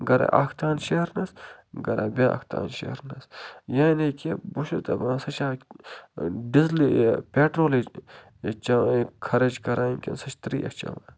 گَرا اَکھ تان شیہرنَس گَرا بیٛاکھ تان شیہرنَس یعنی کہِ بہٕ چھُس دَپان سۄ چھا ڈِزٕلٕے یہِ پٮ۪ٹرولٕچ خرٕچ کران کِنہٕ سۄ چھِ ترٛیش چٮ۪وان